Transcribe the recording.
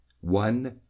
One